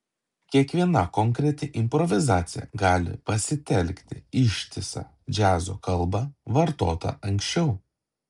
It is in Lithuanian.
kiekviena konkreti improvizacija gali pasitelkti ištisą džiazo kalbą vartotą anksčiau